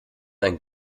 ein